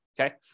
Okay